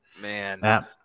Man